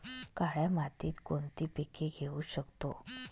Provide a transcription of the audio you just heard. काळ्या मातीत कोणती पिके घेऊ शकतो?